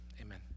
Amen